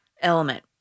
element